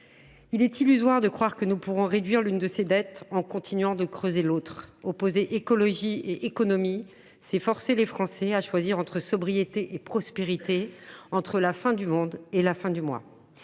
Il est illusoire de croire que nous pourrons réduire l’une de ces dettes en continuant de creuser l’autre. Opposer écologie et économie, c’est forcer les Français à choisir entre sobriété et prospérité, entre la fin du monde et la fin du mois.